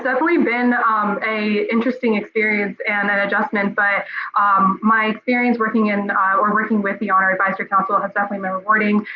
definitely been a interesting experience and an adjustment, but um my experience working in or working with the honor advisory council has definitely been rewarding.